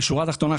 בשורה התחתונה,